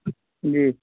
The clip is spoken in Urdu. جی